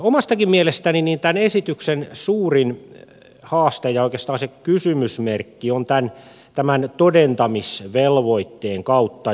omastakin mielestäni tämän esityksen suurin haaste ja oikeastaan se kysymysmerkki on tämän todentamisvelvoitteen kautta